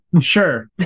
Sure